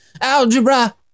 algebra